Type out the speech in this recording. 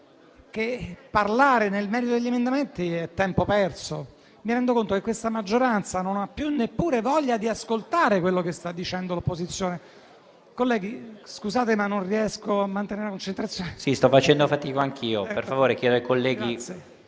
che parlare nel merito degli emendamenti è tempo perso. Mi rendo conto che questa maggioranza non ha più neppure voglia di ascoltare quello che sta dicendo l'opposizione. *(Brusio).* Colleghi, scusate, non riesco a mantenere la concentrazione. PRESIDENTE. Sì, senatore Cataldi, sto facendo fatica anch'io. Per favore, colleghi,